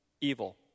evil